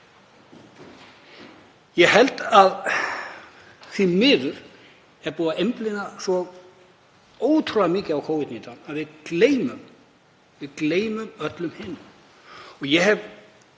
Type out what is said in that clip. Ég held að því miður sé búið að einblína svo ótrúlega mikið á Covid-19 að við gleymum öllu hinu.